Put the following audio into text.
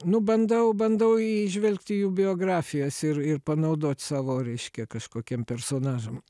nu bandau bandau įžvelgti jų biografijas ir ir panaudot savo reiškia kažkokiem personažam